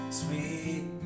sweet